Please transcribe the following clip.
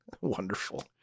Wonderful